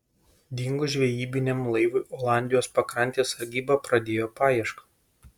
dingus žvejybiniam laivui olandijos pakrantės sargyba pradėjo paiešką